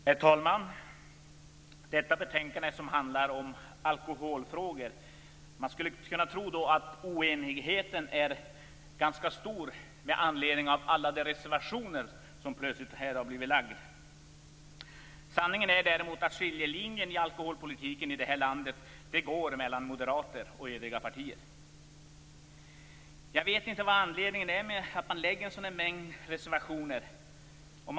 Herr talman! Detta betänkande handlar om alkoholfrågor. Man skulle kunna tro att oenigheten är ganska stor med anledning av alla de reservationer som plötsligt har lagts fram. Sanningen är den att skiljelinjen i alkoholpolitiken i det här landet går mellan moderater och övriga partier. Jag vet inte vad anledningen är till att det har lagts fram en sådan mängd reservationer.